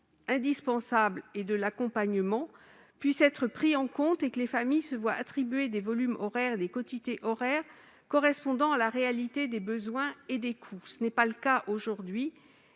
indispensables et de l'accompagnement puisse être pris en compte et que les familles se voient attribuer des volumes horaires et des quotités horaires correspondant à la réalité des besoins et des coûts. Ce n'est pas le cas aujourd'hui.